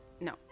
No